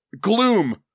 Gloom